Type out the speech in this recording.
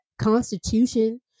Constitution